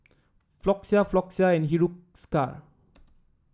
Floxia Floxia and Hiruscar